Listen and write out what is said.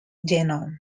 genome